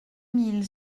mille